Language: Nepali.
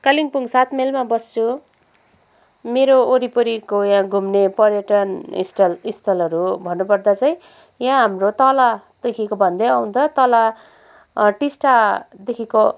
कालिम्पोङ सात माइलमा बस्छु मेरो वरिपरिको यहाँ घुम्ने पर्यटन स्टल स्थलहरू भन्नुपर्दा चाहिँ यहाँ हाम्रो तलदेखिको भन्दै आउँदा तल टिस्टादेखिको